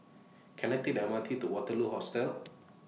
Can I Take The M R T to Waterloo Hostel